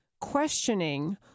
questioning